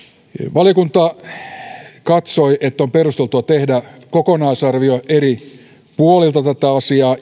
valiokunta katsoi että on perusteltua tehdä kokonaisarvio eri puolilta tätä asiaa